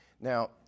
Now